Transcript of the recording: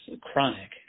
chronic